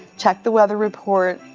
check the weather report,